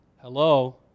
Hello